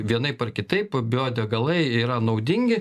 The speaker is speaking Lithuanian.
vienaip ar kitaip biodegalai yra naudingi